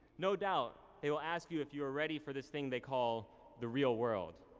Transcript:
no doubt they will ask you if you are ready for this thing they call the real world,